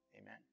Amen